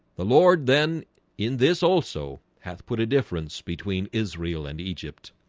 the lord then in this also hath put a difference between israel and egypt